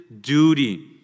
duty